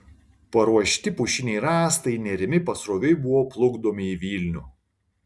paruošti pušiniai rąstai nerimi pasroviui buvo plukdomi į vilnių